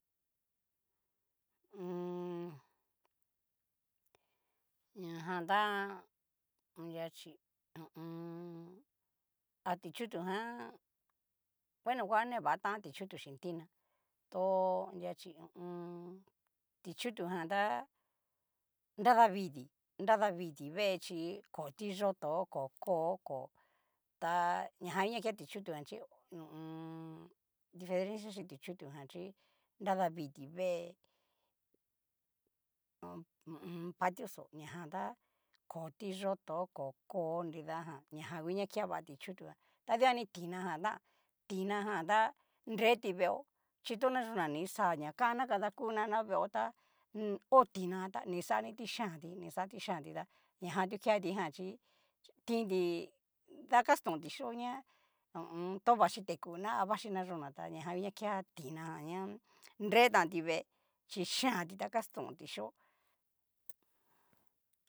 ñajan tá anria achí, ho o on. a ti'chutu jan, buno va ne va tanti ti'chutu xin tina tó anria achi ti'chutu jan tá, nradaviti, nradaviti vée chí, ko tiyoto ko koo ko ta ñajan ngu ña ke ti'chutu jan chí ho o on. diferencia xhi tikutujan xi nradaviti vée ha ho o on, patio xó ñajan ta ko tiyoto ko koo nridajan ñajan nguña keava ti'chutujan ta dikuani tinajan tán, tina jan ta nreti veeo chitoña yuna ni kixa ña kanna kadakunana veeo tá ho tinajan ta ni kixaniti yianti ni kixati yianti tá ñajan tu kea kiti ján chi tinti da kastonti xhio ña ho o on. to vachi ti kuna a vachi nayuna tá ñajan huña kea tina jan ña nretanti vee chi yeanti ta kastonti yio.